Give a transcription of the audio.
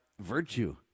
virtue